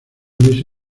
ulises